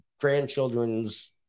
grandchildren's